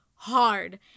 hard